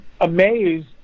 amazed